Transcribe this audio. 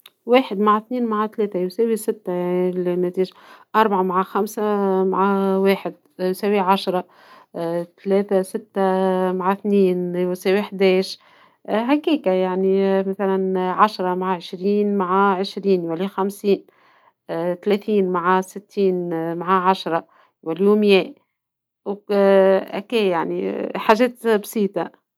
واحد مع اثنين مع ثلاثة يساوي ستة النتيجة ، أربعة مع خمسة مع واحد يساوي عشرة ، ثلاثة ستة مع اثنين يساوي أحد عشر ، هكاكا يعني مثلا عشرة مع عشرين مع عشرين خمسين ، ثلاثين مع ستين مع عشرة يوليو 100 ، هكايا يعني حاجات بسيطة